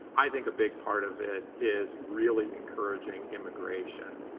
i think a big part of it is really encouraging immigration.